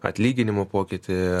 atlyginimų pokytį